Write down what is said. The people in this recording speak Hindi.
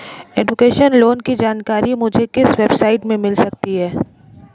एजुकेशन लोंन की जानकारी मुझे किस वेबसाइट से मिल सकती है?